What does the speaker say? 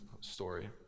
story